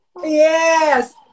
Yes